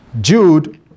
Jude